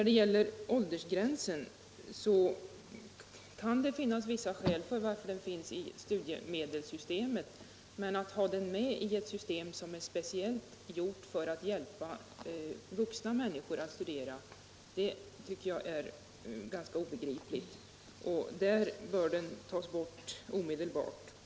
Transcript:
Det kan vidare finnas vissa skäl för åldersgränsen i studiemedelssystemet, men att ha en sådan i ett system som är speciellt uppbyggt för att underlätta för vuxna människor att studera tycker jag är ganska obegripligt, och där bör den därför omedelbart tas bort.